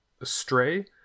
astray